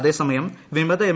അതേസമയം വിമത എം